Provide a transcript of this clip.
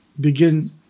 begin